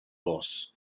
boss